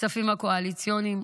הכספים הקואליציוניים.